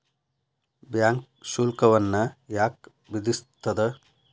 Bank ಶುಲ್ಕವನ್ನ ಯಾಕ್ ವಿಧಿಸ್ಸ್ತದ?